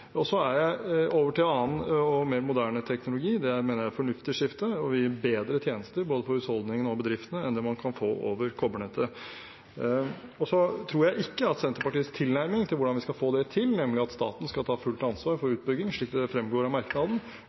over til en annen og mer moderne teknologi. Det mener jeg er et fornuftig skifte, som vil gi bedre tjenester både for husholdningene og bedriftene enn det man kan få over kobbernettet. Jeg tror ikke Senterpartiets tilnærming til hvordan vi skal få det til, nemlig at staten skal ta fullt ansvar for utbyggingen, slik det fremgår av merknaden,